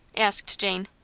asked jane.